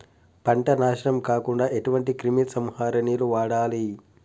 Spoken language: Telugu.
పంట నాశనం కాకుండా ఎటువంటి క్రిమి సంహారిణిలు వాడాలి?